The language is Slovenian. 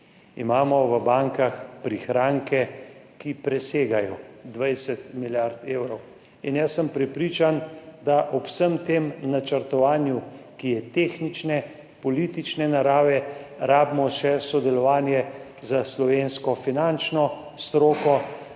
v bankah prihranke, ki presegajo 20 milijard evrov, in jaz sem prepričan, da ob vsem tem načrtovanju, ki je tehnične, politične narave, rabimo še sodelovanje s slovensko finančno stroko,